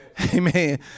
Amen